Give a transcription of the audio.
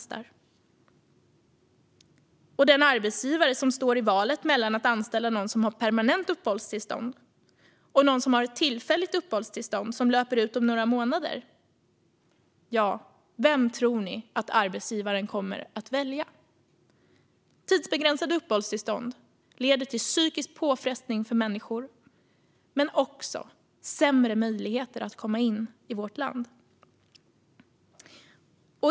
Jag tänker på den arbetsgivare som ska anställa någon och som ska välja mellan någon som har permanent uppehållstillstånd och någon som har tillfälligt uppehållstillstånd som löper ut om några månader. Vem tror ni att arbetsgivaren kommer att välja? Tidsbegränsade uppehållstillstånd leder till psykisk påfrestning för människor men också till sämre möjligheter för människor att komma in i vårt land.